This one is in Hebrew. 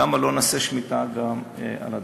למה לא נעשה שמיטה גם בדיג?